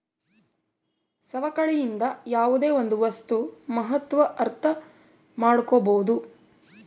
ಸವಕಳಿಯಿಂದ ಯಾವುದೇ ಒಂದು ವಸ್ತುಗಳ ಮಹತ್ವ ಅರ್ಥ ಮಾಡ್ಕೋಬೋದು